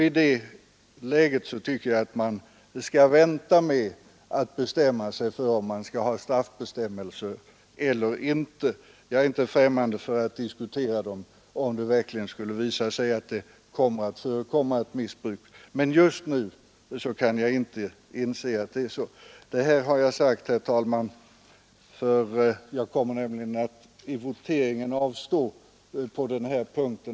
I det läget tycker jag att man skall vänta med att besluta om man skall ha straffbestämmelser eller inte. Jag är inte främmande för att diskutera sådana, om det verkligen skulle visa sig att det blir ett missbruk. Men just nu kan jag inte inse att det är så. Jag har sagt detta, herr talman, därför att jag i voteringen kommer att avstå från att rösta på denna punkt.